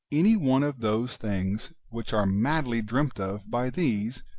any one of those things which are madly dreamt of by these,